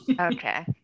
Okay